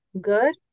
good